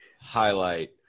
Highlight